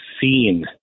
seen